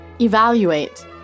Evaluate